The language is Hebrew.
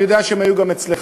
אני יודע שהם היו גם אצלך,